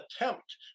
attempt